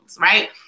right